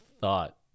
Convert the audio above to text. thought